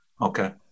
Okay